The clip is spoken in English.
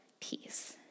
peace